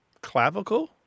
clavicle